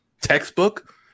textbook